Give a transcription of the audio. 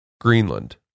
Greenland